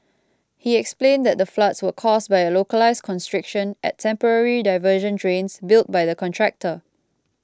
he explained that the floods were caused by a localised constriction at temporary diversion drains built by the contractor